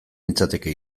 nintzateke